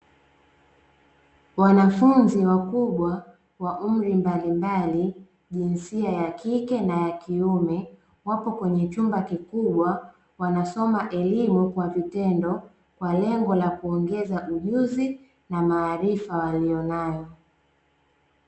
Wanafunzi wakubwa wa umri mbalimbali, jinsia ya kike na ya kiume, wapo kwenye chumba kikubwa, wanasoma elimu kwa vitendo kwa lengo la kuongeza ujuzi na maarifa waliyo nayo.